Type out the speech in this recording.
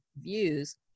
views